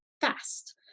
fast